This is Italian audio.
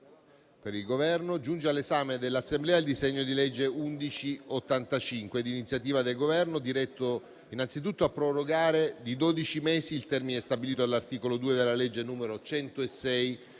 Mazzi, giunge all'esame dell'Assemblea il disegno di legge n. 1185, di iniziativa del Governo, diretto innanzitutto a prorogare di dodici mesi il termine stabilito dall'articolo 2 della legge n. 106